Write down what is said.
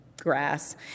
grass